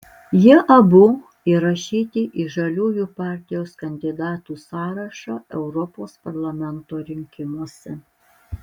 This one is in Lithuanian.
jie abu įrašyti į žaliųjų partijos kandidatų sąrašą europos parlamento rinkimuose